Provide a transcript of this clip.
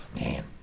Man